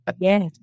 Yes